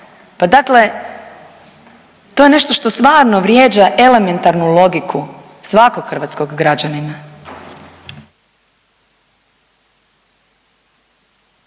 Pa dakle to je nešto što stvarno vrijeđa elementarnu logiku svakog hrvatskog građanina.